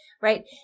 Right